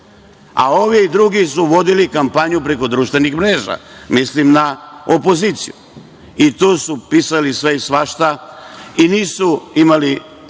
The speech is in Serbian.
a ovi drugi su vodili kampanju preko društvenih mreža, mislim na opoziciju i tu su pisali sve i svašta i nisu imali